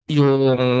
yung